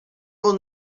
will